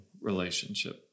relationship